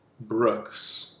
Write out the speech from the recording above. Brooks